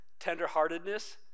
tenderheartedness